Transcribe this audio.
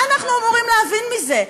מה אנחנו אמורים להבין מזה?